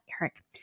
Eric